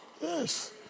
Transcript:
Yes